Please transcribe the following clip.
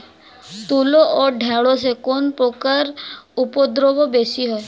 তুলো ও ঢেঁড়সে কোন পোকার উপদ্রব বেশি হয়?